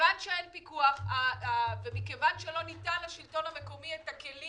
שאין פיקוח ומכיוון שלא ניתן לשלטון המקומי הכלים